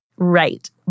right